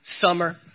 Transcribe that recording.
summer